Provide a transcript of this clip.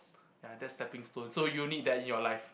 ya that's stepping stone so you need that in your life